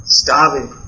starving